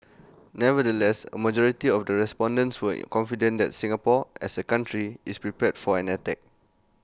nevertheless A majority of the respondents were confident that Singapore as A country is prepared for an attack